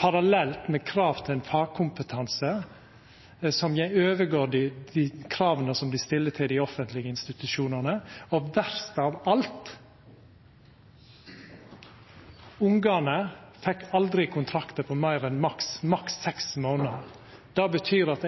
parallelt med krav til fagkompetanse som overgår dei krava som dei stilte til dei offentlege institusjonane. Og verst av alt, ungane fekk aldri kontraktar på meir enn maks seks månader. Det betyr at